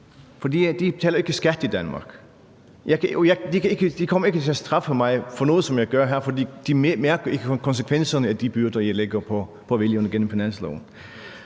de betaler jo ikke skat i Danmark. De kommer ikke til at straffe mig for noget, som jeg gør her, for de mærker ikke konsekvenserne af de byrder, jeg lægger på vælgerne gennem finansloven.